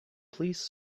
please